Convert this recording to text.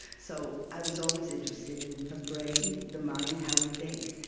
so i was always interested in the brain, the mind, how we think.